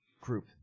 group